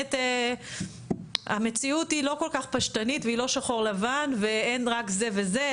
שבאמת המציאות היא לא כל כך פשטנית והיא לא שחור-לבן ואין רק זה וזה,